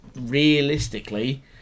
realistically